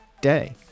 day